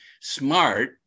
smart